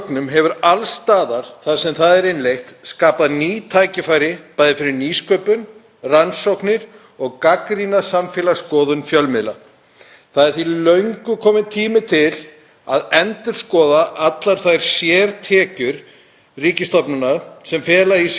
Það er því löngu kominn tími til að endurskoða allar þær sértekjur ríkisstofnana sem fela í sér sölu á aðgengi að gögnum. Ávinningur af því að opna aðgengi er mun meiri en þær tekjur sem ríkið innheimtir á þennan máta.